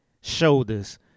shoulders